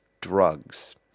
drugs